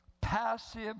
passive